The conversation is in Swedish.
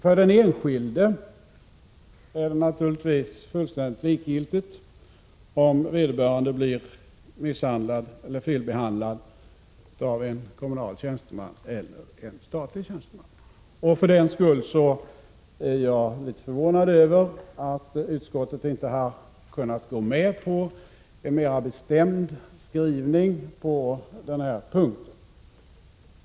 För den enskilde är det naturligtvis fullständigt likgiltigt om vederbörande felbehandlats av en kommunal tjänsteman eller av en statlig tjänsteman. För den skull är jag litet förvånad över att utskottet inte kunnat gå med på en mera bestämd skrivning på denna punkt.